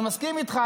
אני מסכים איתך,